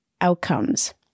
outcomes